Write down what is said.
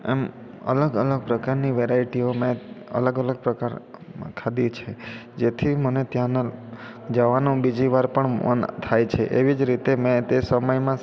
એમ અલગ અલગ પ્રકારની વેરાયટીઓ મેં અલગ અલગ પ્રકારમાં ખાધી છે જેથી મને ત્યાંના જવાનું બીજી વાર પણ મન થાય છે એવી જ રીતે મેં તે સમયમાં